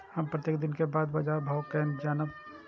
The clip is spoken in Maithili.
हम प्रत्येक दिन के बाद बाजार भाव केना जानब?